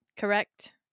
Correct